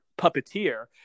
puppeteer